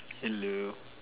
hello